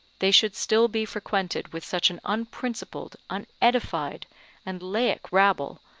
they should still be frequented with such an unprincipled, unedified and laic rabble,